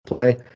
play